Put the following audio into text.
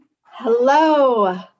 Hello